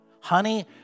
Honey